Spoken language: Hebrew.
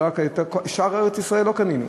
את שאר ארץ-ישראל לא קנינו,